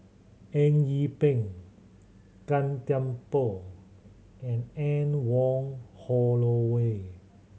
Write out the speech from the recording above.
Eng Yee Peng Gan Thiam Poh and Anne Wong Holloway